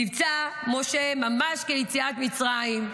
מבצע משה, ממש כיציאת מצרים.